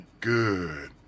good